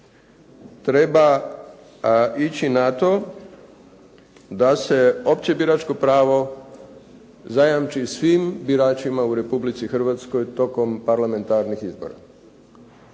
treba ići na to da se opće biračko pravo zajamči svim biračima u Republici Hrvatskoj tokom parlamentarnih izbora,